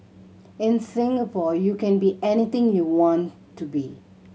in Singapore you can be anything you want to be